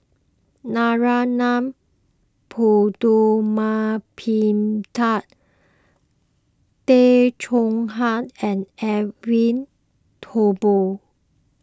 Narana Putumaippittan Tay Chong Hai and Edwin Thumboo